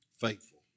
Faithful